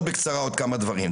מאוד בקצרה עוד כמה דברים.